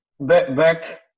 back